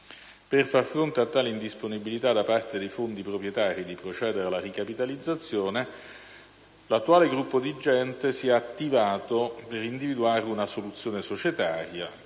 Per far fronte a tale indisponibilità da parte dei fondi proprietari a procedere alla ricapitalizzazione l'attuale gruppo dirigente si è attivato per individuare una soluzione societaria